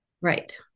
Right